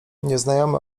nieznajomy